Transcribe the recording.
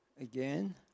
Again